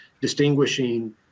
distinguishing